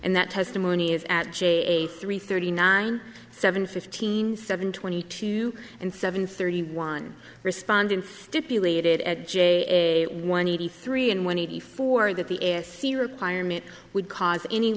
and that testimony is at j three thirty nine seven fifteen seven twenty two and seven thirty one respondent stipulated at j one eighty three and one eighty four that the is c requirement would cause any